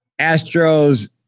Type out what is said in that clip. Astros